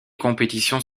compétitions